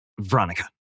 Veronica